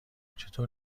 چطور